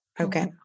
okay